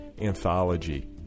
anthology